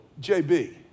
JB